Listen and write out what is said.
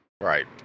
Right